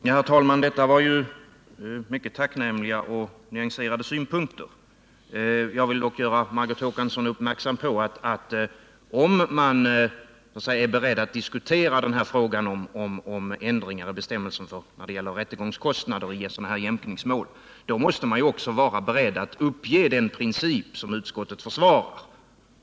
Herr talman! Detta var ju mycket tacknämliga och nyanserade synpunkter. Jag vill dock göra Margot Håkansson uppmärksam på att om man är beredd att diskutera en ändring av bestämmelsen när det gäller rättegångskostnaden i jämkningsmål, då måste man också vara beredd att uppge den princip som utskottet försvarar.